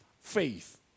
faith